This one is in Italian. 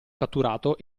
catturato